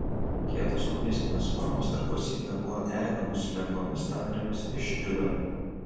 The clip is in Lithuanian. kietos kubistinės formos tarpusavyje buvo derinamos su lengvomis tamprėmis iš tiulio